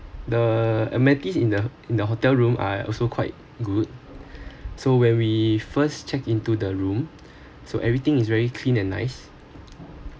the amenities in the in the hotel room are also quite good so when we first checked into the room so everything is very clean and nice